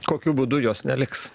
kokiu būdu jos neliks